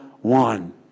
one